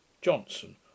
johnson